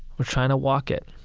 we're trying to walk it.